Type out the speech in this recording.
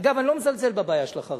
אגב, אני לא מזלזל בבעיה של החרדים,